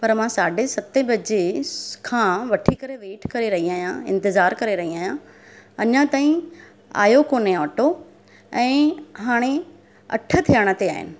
पर मां साढे सतें बजे खां वठी करे वेट करे रही आहियां इंतज़ारु करे रही आहियां अञा ताईं आयो कोन्हे ऑटो ऐं हाणे अठ थियण ते आहिनि